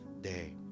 Day